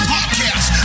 Podcast